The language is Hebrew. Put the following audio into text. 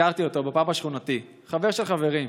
הכרתי אותו בפאב השכונתי, חבר של חברים.